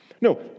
No